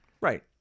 Right